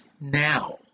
now